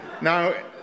Now